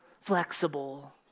flexible